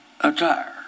attire